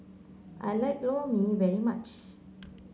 I like Lor Mee very much